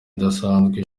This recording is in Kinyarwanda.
idasanzwe